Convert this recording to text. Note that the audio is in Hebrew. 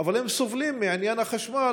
אבל הם סובלים מעניין החשמל,